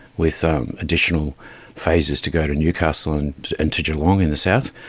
with um additional phases to go to newcastle and and to geelong in the south.